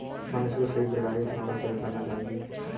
मनुष्य को सभी प्रकार के फलों का सेवन करना चाहिए